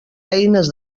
eines